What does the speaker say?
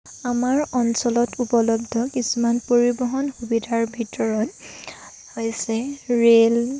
আমাৰ অঞ্চলত উপলব্ধ কিছুমান পৰিবহণ সুবিধাৰ ভিতৰত হৈছে ৰেল